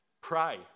pray